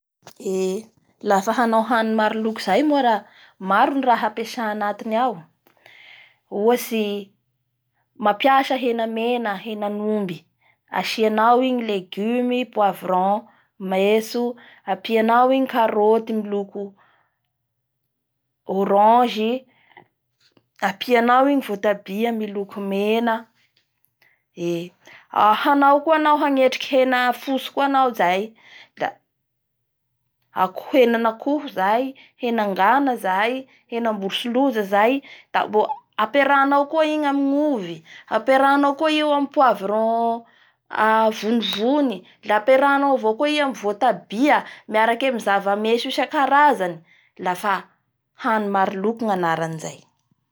Eee lafa hanao hany maroloko zay moa la maro ny raha ampiasaiy anatiny ao ohatsy mampiasa hena mena henan'omby, asianao igny legume poivron metso apianao igny karoty miloko orangey, apianao igny votabia miloko mena. Ee hanao koa anao hanetriky hena fotsy koa anao zay la akoh-henen'akoho zay henangana zay henamborotsiloza zay da mbo aperahinao koa igny amin'ny ovy. Aperanao koa io amin'ny poivron aa vonivony. Aperahanao avao koa i amin'ny votabia, miaraky amin'ny zavametso isakarazany, lafa hany marooko ny anaran'izay.